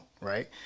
right